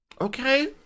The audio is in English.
Okay